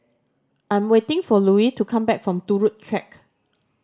I'm waiting for Louis to come back from Turut Track